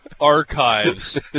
archives